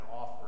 offer